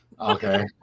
Okay